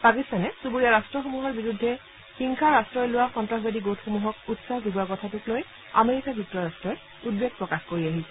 পাকিস্তানে চুবুৰীয়া ৰাট্টসমূহৰ বিৰুদ্ধে হিংসাৰ আশ্ৰয় লোৱা সন্তাসবাদী গোটসমূহক উৎসাহ যোগোৱা কথাটোক লৈ আমেৰিকা যুক্তৰাষ্ট্ৰই উদ্বেগ প্ৰকাশ কৰি আহিছে